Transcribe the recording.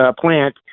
plant